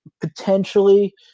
potentially